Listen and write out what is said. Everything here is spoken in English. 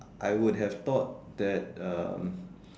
I would have thought that um